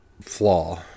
flaw